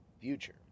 future